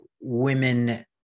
women